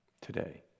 today